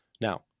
Now